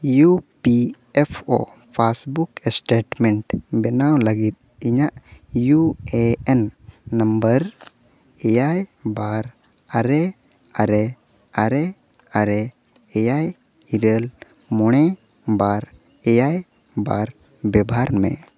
U P F O passbook statement ᱵᱮᱱᱟᱣ ᱞᱟᱹᱜᱤᱫ ᱤᱧᱟᱹᱜ U A N number ᱮᱭᱟᱭ ᱵᱟᱨ ᱟᱨᱮ ᱟᱨᱮ ᱟᱨᱮ ᱟᱨᱮ ᱮᱭᱟᱭ ᱤᱨᱟᱹᱞ ᱢᱚᱬᱮ ᱵᱟᱨ ᱮᱭᱟᱭ ᱵᱟᱨ ᱵᱮᱵᱽᱦᱟᱨᱢᱮ